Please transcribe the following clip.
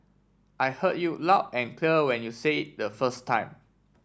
I heard you loud and clear when you say it the first time